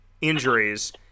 injuries